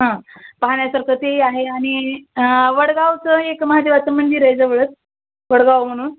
हां पाहण्यासारखं ते ही आहे आणि वडगावचं एक महादेवाचं मंदिर आहे जवळच वडगाव म्हणून